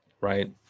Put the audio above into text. Right